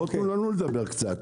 בואו תנו לנו לדבר קצת.